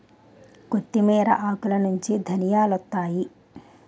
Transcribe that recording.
కొత్తిమీర ఆకులనుంచి ధనియాలొత్తాయి